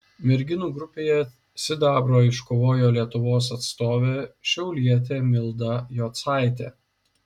merginų grupėje sidabrą iškovojo lietuvos atstovė šiaulietė milda jocaitė